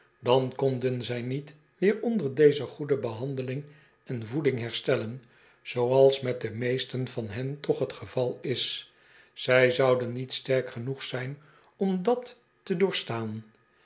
dan konden zij niet weer onder deze goede behandeling en voeding herstellen zooals met de meesten van hen toch t geval is zij zouden niet sterk genoeg zijn om dat door te